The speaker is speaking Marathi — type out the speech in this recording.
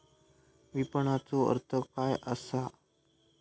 विपणनचो अर्थ काय असा?